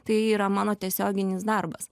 tai yra mano tiesioginis darbas